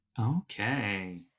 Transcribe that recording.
Okay